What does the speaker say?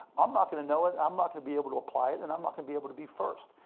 i'm not gonna know it, i'm not gonna be able to apply it and i'm not gonna be able to be first.